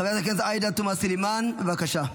חברת הכנסת עאידה תומא סלימאן, בבקשה.